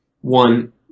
one